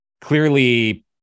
clearly